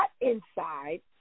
inside